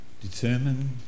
determined